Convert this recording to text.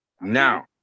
Now